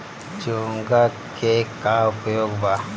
चोंगा के का उपयोग बा?